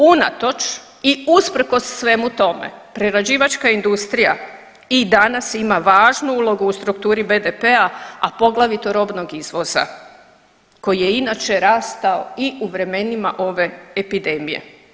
Unatoč i usprkos svemu tome prerađivačka industrija i danas ima važnu ulogu u strukturi BDP-a, a poglavito robnog izvoza koji je inače rastao i u vremenima ove epidemije.